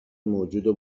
موجود